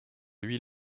lui